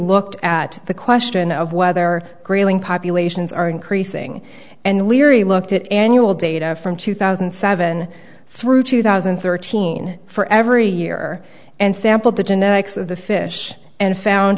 looked at the question of whether grayling populations are increasing and leary looked at annual data from two thousand and seven through two thousand and thirteen for every year and sampled the genetics of the fish and found